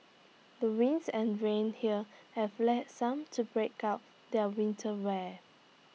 the winds and rain here have led some to break out their winter wear